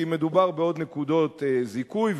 כי מדובר בעוד נקודות זיכוי,